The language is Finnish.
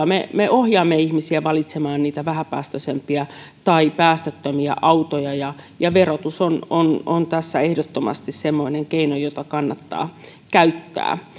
me ohjaamme ihmisiä valitsemaan vähäpäästöisempiä tai päästöttömiä autoja ja ja verotus on on tässä ehdottomasti semmoinen keino jota kannattaa käyttää